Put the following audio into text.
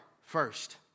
first